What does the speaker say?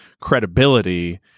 credibility